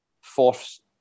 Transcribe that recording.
Force